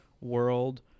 world